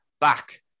back